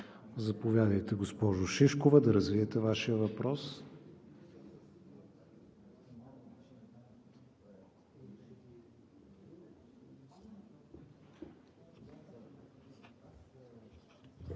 Заповядайте, госпожо Шишкова, да развиете Вашия въпрос.